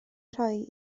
rhoi